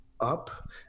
up